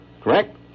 correct